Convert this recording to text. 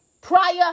prior